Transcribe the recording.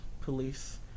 police